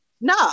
No